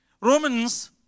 Romans